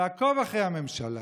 לעקוב אחרי הממשלה.